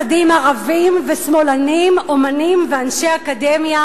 צדים ערבים ושמאלנים, אמנים ואנשי אקדמיה.